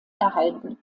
erhalten